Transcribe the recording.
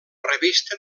revista